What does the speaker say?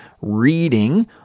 Reading